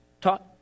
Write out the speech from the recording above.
taught